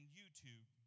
YouTube